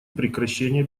прекращение